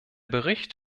bericht